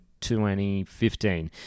2015